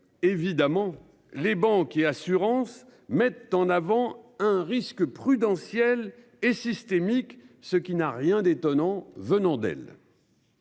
Évidemment, les banques et assurances mettent en avant un risque prudentiel et systémique. Ce qui n'a rien d'étonnant venant d'elle.